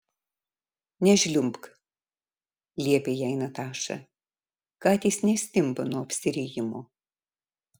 nežliumbk liepė jai nataša katės nestimpa nuo apsirijimo